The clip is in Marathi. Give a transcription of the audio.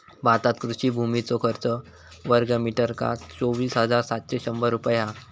भारतात कृषि भुमीचो खर्च वर्गमीटरका चोवीस हजार सातशे शंभर रुपये हा